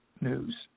news